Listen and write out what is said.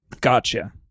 Gotcha